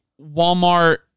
Walmart